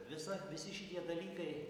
visa visi šitie dalykai